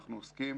אנחנו עוסקים